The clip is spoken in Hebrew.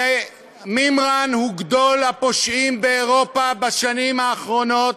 ומימרן הוא גדול הפושעים באירופה בשנים האחרונות,